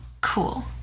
cool